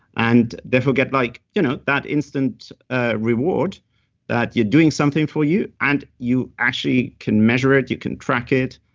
and therefore get like you know that instant ah reward that you're doing something for you. and you actually can measure it, you can track it,